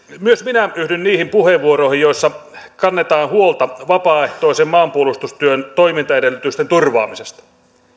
myös minä yhdyn niihin puheenvuoroihin joissa kannetaan huolta vapaaehtoisen maanpuolustustyön toimintaedellytysten turvaamisesta